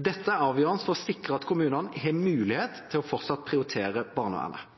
Dette er avgjørende for å sikre at kommunene har mulighet til fortsatt å prioritere barnevernet.